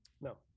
No